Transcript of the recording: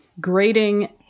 grading